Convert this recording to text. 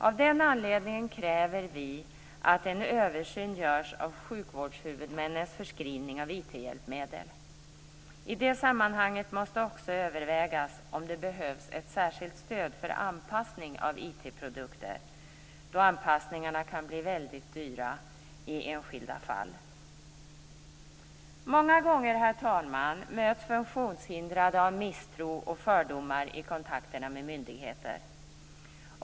Av den anledningen kräver vi att en översyn görs av sjukvårdshuvudmännens förskrivning av IT-hjälpmedel. I det sammanhanget måste också övervägas om det behövs ett särskilt stöd för anpassning av IT produkter då anpassningarna kan bli väldigt dyra i enskilda fall. Många gånger möts funktionshindrade av misstro och fördomar i kontakterna med myndigheter.